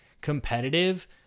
competitive